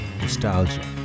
nostalgia